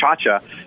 Chacha